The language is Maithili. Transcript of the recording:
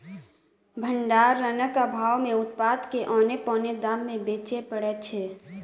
भंडारणक आभाव मे उत्पाद के औने पौने दाम मे बेचय पड़ैत छै